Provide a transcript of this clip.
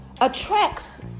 attracts